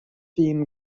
theme